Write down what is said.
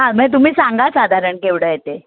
हां म्हणजे तुम्ही सांगा साधारण केवढं आहे ते